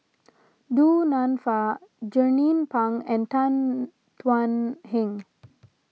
Du Nanfa Jernnine Pang and Tan Thuan Heng